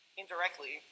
indirectly